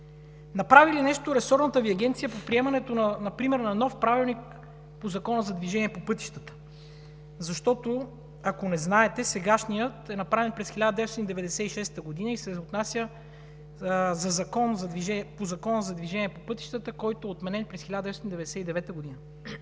Направи ли нещо ресорната Ви Агенция по приемането например на нов правилник по Закона за движение по пътищата? Защото, ако не знаете, сегашният е направен през 1996 г. и се отнася за Закона за движение по пътищата, който е отменен през 1999 г.